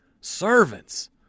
Servants